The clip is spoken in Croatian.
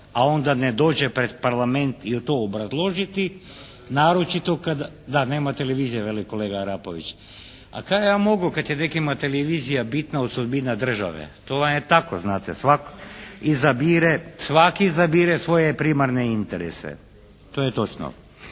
a onda ne dođe pred Parlament i to obrazložiti naročito kad, …… /Upadica se ne čuje./ … Da, nema televizije veli kolega Arapović. A kaj ja mogu kad je nekim televizija bitna od sudbine države, to vam je tako znate. Svak' izabire svoje primarne interese. To je točno.